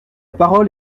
parole